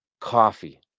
coffee